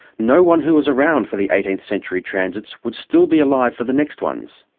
no one who was around for the eighteenth century transits would still be alive for the next ones,